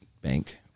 Bank